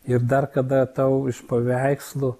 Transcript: ir dar kada tau iš paveikslų